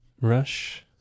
Rush